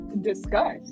Discuss